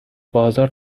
بازار